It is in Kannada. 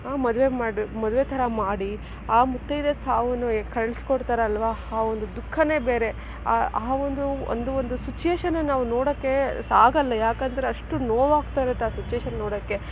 ಮದುವೆ ಮಾಡಿ ಮದುವೆ ಥರ ಮಾಡಿ ಆ ಮುತ್ತೈದೆ ಸಾವನ್ನು ಕಳಿಸ್ಕೊಡ್ತಾರಲ್ವಾ ಆ ಒಂದು ದುಃಖನೇ ಬೇರೆ ಆ ಒಂದು ಒಂದು ಒಂದು ಸಿಚುವೇಶನ ನಾವು ನೋಡೋಕೆ ಆಗಲ್ಲ ಏಕೆಂದರೆ ಅಷ್ಟು ನೋವಾಗ್ತಾಯಿರುತ್ತೆ ಆ ಸಿಚುವೇಶನ್ ನೋಡೋಕೆ